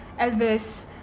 Elvis